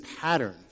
pattern